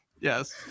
Yes